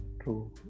True